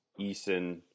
Eason